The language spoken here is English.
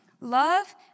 Love